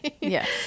yes